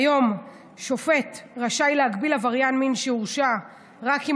כיום שופט רשאי להגביל עבריין מין שהורשע רק אם